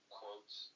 quotes